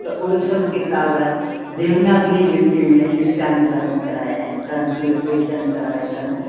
त उहे सभु किताब देवनागरी लिपि में लिपियांतरण कराया आहिनि ट्रांसलिट्रेशन करायो अथनि